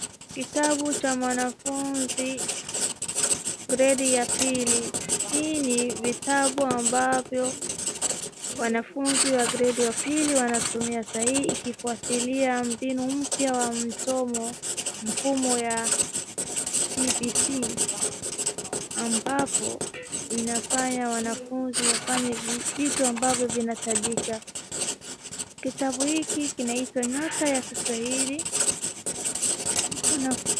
kitabu cha mwanafunzi gredi ya pili hii ni kitabu ambayo wanafunzi wa gredi ya pili wanatumia sahi ikifuatilia mbinu mpya ya masomo mfumo wa cbc ambapo inafanya wanafunzi wafanye viito ambayo inayohitajika kitabu hiki kinaitwa nyota ya kiswahili